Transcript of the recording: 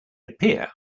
appear